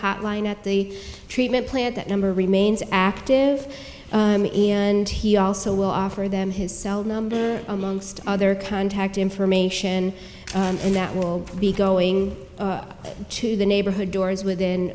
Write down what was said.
hotline at the treatment plant that number remains active and he also will offer them his cell number amongst other contact information and that will be going to the neighborhood doors within